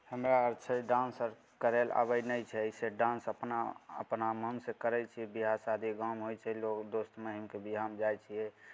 हमरा आर छै डान्स आर करय लेल आबै नहि छै से डान्स अपना अपना मनसँ करै छियै ब्याह शादी गाँवमे होइ छै लोक दोस्त महीमके ब्याहमे जाइ छियै